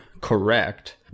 correct